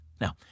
Now